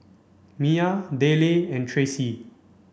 Miya Dayle and Tracee